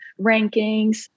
rankings